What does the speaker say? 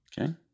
Okay